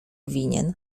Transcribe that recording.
winien